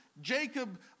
Jacob